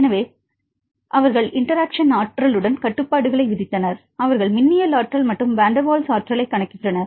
எனவே அவர்கள் இன்டெராக்ஷன் ஆற்றலுடன் கட்டுப்பாடுகளை விதித்தனர் அவர்கள் மின்னியல் ஆற்றல் மற்றும் வான் டெர் வால்ஸ் ஆற்றலைக் கணக்கிட்டனர்